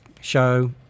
show